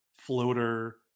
floater